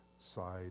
side